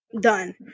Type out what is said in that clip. done